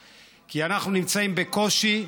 כי אנחנו נמצאים בקושי,